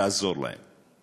לעזור להם.